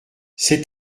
cet